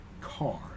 car